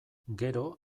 gero